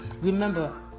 remember